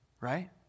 right